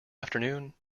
afternoon